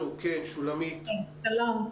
אליו גני ילדים פרטיים מגיל לידה עד שלוש שנים.